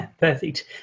Perfect